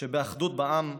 שבאחדות בעם,